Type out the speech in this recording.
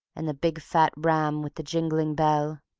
and the big fat ram with the jingling bell.